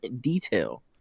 detail